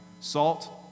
Salt